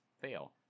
fail